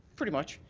pretty much.